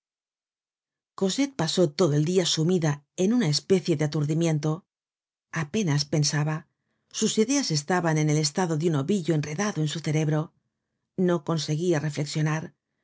cosette pasó todo el dia sumida en una especie de aturdimiento apenas pensaba sus ideas estaban en el estado de un ovillo enredado en su cerebro no conseguia reflexionar